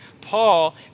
Paul